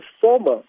former